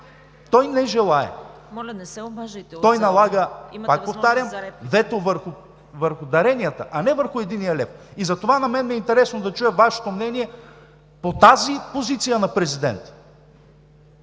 ТОМА БИКОВ: Той налага, повтарям, вето върху даренията, а не върху единия лев. Затова ми е интересно да чуя Вашето мнение по тази позиция на президента!